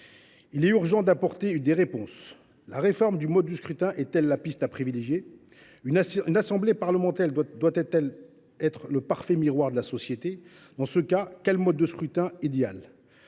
Il est urgent d’apporter des réponses. La réforme du mode de scrutin est elle la piste à privilégier ? Une assemblée parlementaire doit elle être le parfait miroir de la société ? Dans ce cas, quel est le mode de scrutin idéal ?